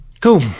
Cool